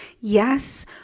Yes